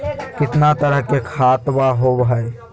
कितना तरह के खातवा होव हई?